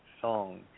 song